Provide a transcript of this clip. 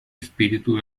espíritu